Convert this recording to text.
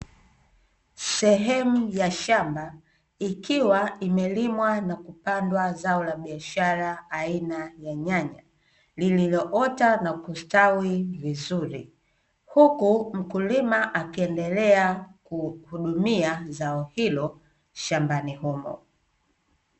Sehemu ya shamba ikiwa imelimwa na kupandwa zao la biashara aina ya nyanya, lililoota na kustawi vizuri. Huku mkulima akiendelea kuhudumia zao hilo shambani humo.